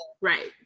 Right